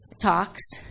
talks